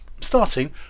starting